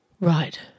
Right